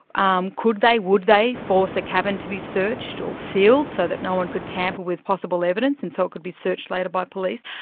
um could they, would they force a cabin to be searched, or sealed, so that no-one could tamper with possible evidence, and so it could be searched later by police.